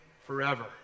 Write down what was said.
forever